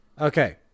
Okay